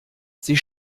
sie